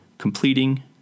completing